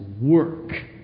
work